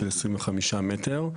יועץ משפטי של התאחדות בוני הארץ.